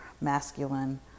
masculine